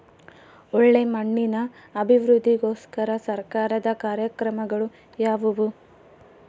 ಒಳ್ಳೆ ಮಣ್ಣಿನ ಅಭಿವೃದ್ಧಿಗೋಸ್ಕರ ಸರ್ಕಾರದ ಕಾರ್ಯಕ್ರಮಗಳು ಯಾವುವು?